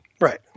Right